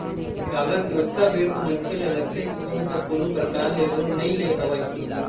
काबर की ओतका बेर तो मनखे ल लगथे की ओहा तो कोनो परकार ले लोन नइ ले हवय